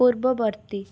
ପୂର୍ବବର୍ତ୍ତୀ